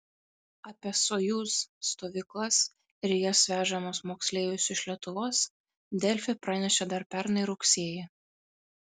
apie sojuz stovyklas ir į jas vežamus moksleivius iš lietuvos delfi pranešė dar pernai rugsėjį